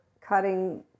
cutting